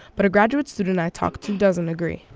but a graduate student i talked to doesn't agree,